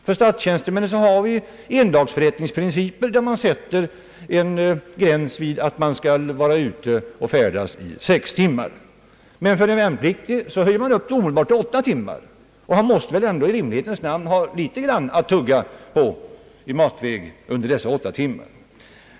För statstjänstemän finns endagsförrättningsprincipen, där gränsen går vid att man skall vara ute och färdas i sex timmar. För en värnpliktig höjs denna gräns omedelbart till åtta timmar. Den värnpliktige måste väl i rimlighetens namn ha någon mat under dessa åtta timmar.